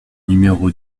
numéro